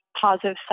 positive